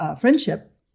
friendship